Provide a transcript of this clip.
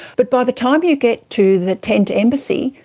but by the time you get to the tent embassy,